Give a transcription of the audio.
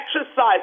exercise